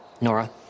Nora